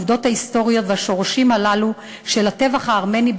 העובדות ההיסטוריות והשורשים הללו של הטבח הארמני,